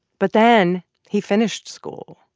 but then he finished school,